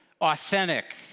authentic